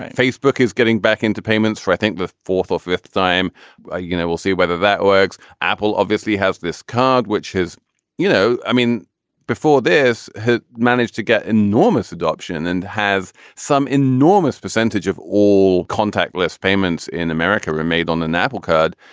facebook is getting back into payments for i think the fourth or fifth time ah you know we'll see whether that works. apple obviously has this card which has you know i mean before this has managed to get enormous adoption and have some enormous percentage of all contactless payments in america were made on an apple card.